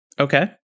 Okay